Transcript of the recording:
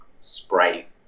Sprite